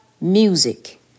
music